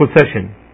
possession